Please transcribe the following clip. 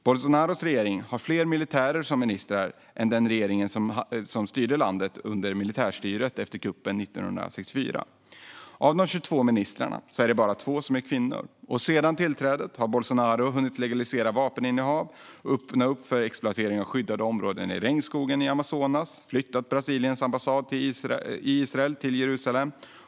Bolsonaros regering har fler militärer som ministrar än den regering som styrde landet under militärstyret efter kuppen 1964. Av de 22 ministrarna är det bara 2 som är kvinnor. Sedan tillträdet har Bolsonaro hunnit legalisera vapeninnehav, öppna upp för exploatering av skyddade områden i Amazonas regnskogar och flytta Brasiliens ambassad i Israel till Jerusalem.